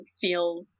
feel